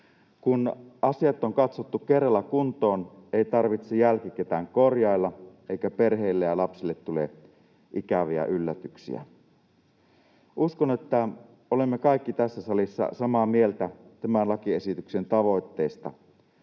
Kun asiat on katsottu kerralla kuntoon, ei tarvitse jälkikäteen korjailla eikä perheille ja lapsille tulee ikäviä yllätyksiä. Uskon, että olemme kaikki tässä salissa samaa mieltä tämän lakiesityksen tavoitteesta.